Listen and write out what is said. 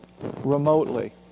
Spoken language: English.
remotely